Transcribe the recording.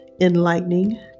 enlightening